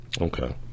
Okay